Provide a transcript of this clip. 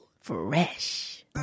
fresh